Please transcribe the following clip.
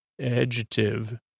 adjective